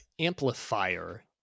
Amplifier